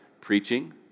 Preaching